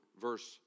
verse